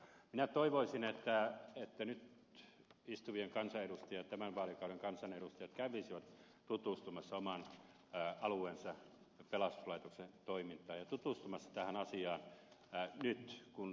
minä toivoisin että nyt istuvat kansanedustajat tämän vaalikauden kansanedustajat kävisivät tutustumassa oman alueensa pelastuslaitoksen toimintaan ja tutustumassa tähän asiaan nyt kun tämä ed